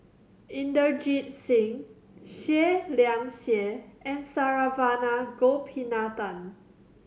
Inderjit Singh Seah Liang Seah and Saravanan Gopinathan